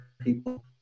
people